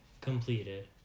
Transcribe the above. completed